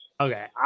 okay